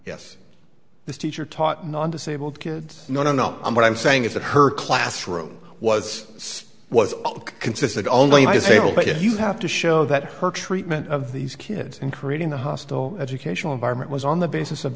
yes this teacher taught non disabled kids no no no i'm what i'm saying is that her classroom was so was consistent only disabled but you have to show that her treatment of these kids in creating a hostile educational environment was on the basis of